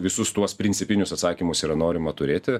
visus tuos principinius atsakymus yra norima turėti